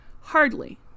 Hardly